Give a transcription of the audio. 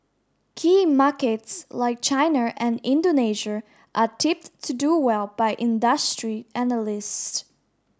key markets like China and Indonesia are tipped to do well by industry analysts